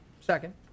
Second